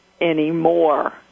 anymore